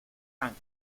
ángel